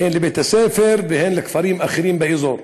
הן לבית-הספר והן לכפרים אחרים באזור.